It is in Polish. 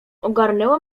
ogarnęło